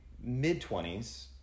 mid-twenties